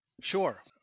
Sure